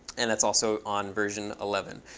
and that's also on version eleven.